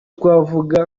twavuga